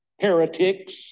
heretics